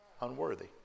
Unworthy